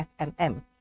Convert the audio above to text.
FMM